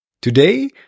Today